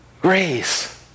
grace